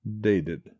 dated